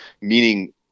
meaning